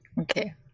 Okay